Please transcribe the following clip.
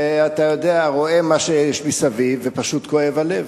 ואתה יודע, רואה מה שיש מסביב, ופשוט כואב הלב.